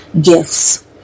gifts